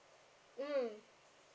mm